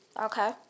Okay